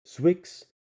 Swix